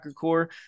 core